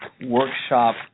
workshop